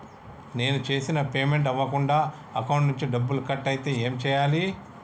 నేను చేసిన పేమెంట్ అవ్వకుండా అకౌంట్ నుంచి డబ్బులు కట్ అయితే ఏం చేయాలి?